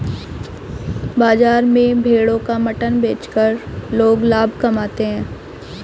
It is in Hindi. बाजार में भेड़ों का मटन बेचकर लोग लाभ कमाते है